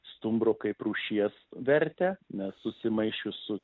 stumbro kaip rūšies vertę nes susimaišius su